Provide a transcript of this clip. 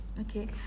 okay